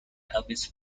elvis